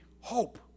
Hope